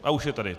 A už je tady.